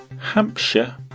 Hampshire